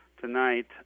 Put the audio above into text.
tonight